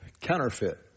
counterfeit